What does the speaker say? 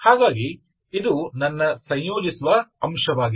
ಹಾಗಾಗಿ ಇದು ನನ್ನ ಸಂಯೋಜಿಸುವ ಅಂಶವಾಗಿದೆ